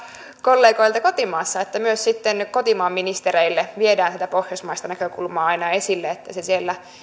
kollegoilta kotimaassa että myös sitten kotimaan ministereille viedään sitä pohjoismaista näkökulmaa aina esille että se siellä